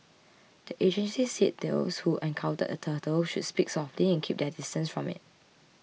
the agencies said those who encounter a turtle should speak softly and keep their distance from it